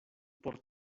por